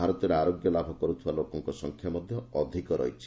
ଭାରତରେ ଆରୋଗ୍ୟ ଲାଭ କରୁଥିବା ଲୋକଙ୍କ ସଂଖ୍ୟା ମଧ୍ୟ ଅଧିକ ରହିଛି